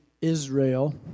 Israel